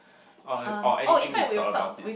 oh or anything you thought about this